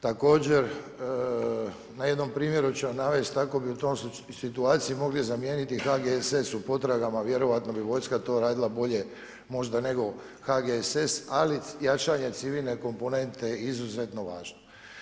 Također, na jednom primjeru ću vam navesti, tako bi u toj situaciji mogli zamijeniti HGSS u potraga, vjerojatno bi vojska to radila bolje možda nego HGSS, ali jačanje civilne komponente je izuzetno važno.